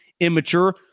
immature